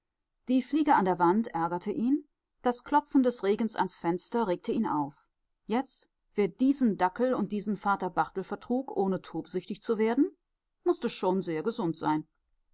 die fliege an der wand ärgerte ihn das klopfen des regens ans fenster regte ihn auf jetzt wer diesen dackel und diesen vater barthel vertrug ohne tobsüchtig zu werden mußte schon sehr gesund sein